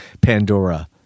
Pandora